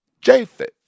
Japheth